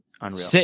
unreal